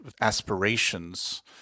aspirations